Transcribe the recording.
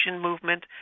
movement